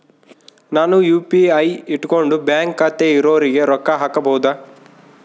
ನಾನು ಯು.ಪಿ.ಐ ಇಟ್ಕೊಂಡು ಬ್ಯಾಂಕ್ ಖಾತೆ ಇರೊರಿಗೆ ರೊಕ್ಕ ಹಾಕಬಹುದಾ?